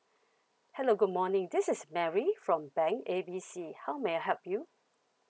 hello good morning this is mary from bank A B C how may I help you